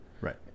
Right